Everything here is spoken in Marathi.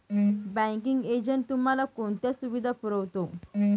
बँकिंग एजंट तुम्हाला कोणत्या सुविधा पुरवतो?